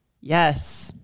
yes